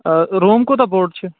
آ روٗم کوٗتاہ بوٚڈ چھُ